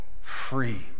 free